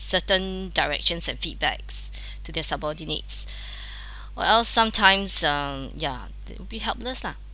certain directions and feedbacks to their subordinates or else sometimes um ya that would be helpless lah